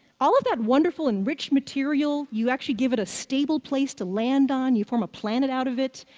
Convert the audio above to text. all of that wonderful and rich material, you actually give it a stable place to land on, you form a planet out of it,